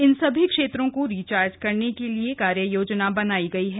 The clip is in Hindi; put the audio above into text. इन सभी क्षेत्रों को रिचार्ज करने के लिए कार्ययोजना बनाई गई है